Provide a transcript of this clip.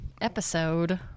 Episode